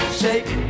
shake